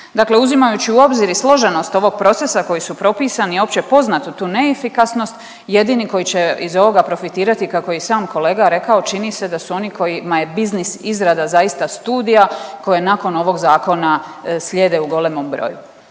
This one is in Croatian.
Dakle, uzimajući u obzir i složenost ovog procesa koji su propisani opće poznatu tu neefikasnost jedini koji će iz ovoga profitirati kako je i sam kolega rekao čini se da su oni kojima je biznis izrada zaista studija koja je nakon ovog zakona slijede u golemom broju.